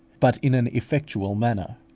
but in an effectual manner.